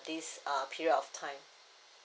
this uh period of time